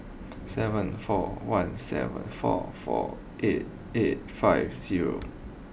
seven four one seven four four eight eight five zero